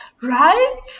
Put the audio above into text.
right